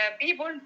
people